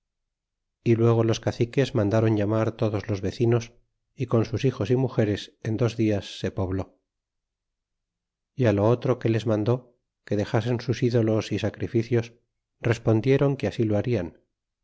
y luego los caciques mandáron llamar todos los vecinos y con sus hijos y mugeres en dos dias se pobló y lo otro que les mandó que dexasen sus ídolos y sacrificios respondiéron que así lo